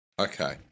Okay